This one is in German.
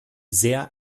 sehr